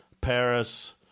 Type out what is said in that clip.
Paris